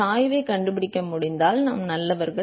சாய்வைக் கண்டுபிடிக்க முடிந்தால் நாம் நல்லவர்கள்